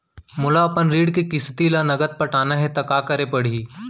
मोला अपन ऋण के किसती ला नगदी पटाना हे ता का करे पड़ही?